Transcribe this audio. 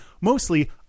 mostly